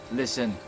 listen